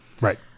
Right